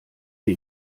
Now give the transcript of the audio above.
wir